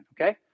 okay